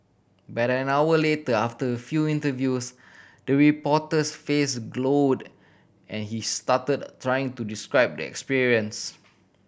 but an hour later after feel interviews the reporter's face glowed and he stuttered trying to describe the experience